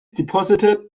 deposited